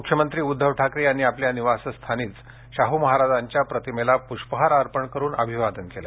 मुख्यमंत्री उद्धव ठाकरे यांनी आपल्या निवासस्थानीच शाह महाराजांच्या प्रतिमेला पूष्पहार अर्पण करून अभिवादन केलं